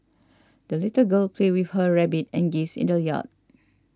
the little girl played with her rabbit and geese in the yard